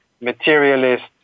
materialist